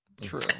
true